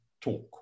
talk